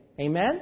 Amen